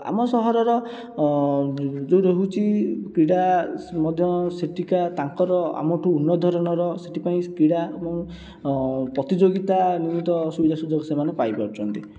ଆମ ସହରର ଯେଉଁ ରହୁଛି କ୍ରୀଡ଼ା ମଧ୍ୟ ସେଠିକା ତାଙ୍କର ଆମଠୁ ଉନ୍ନତଧରଣର ସେଥିପାଇଁ କ୍ରୀଡ଼ା ଏବଂ ପ୍ରତିଯୋଗିତା ହୁଏ ତ ସୁବିଧା ସୁଯୋଗ ସେମାନେ ପାଇପାରୁଛନ୍ତି